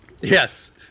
Yes